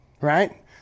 right